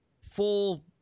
full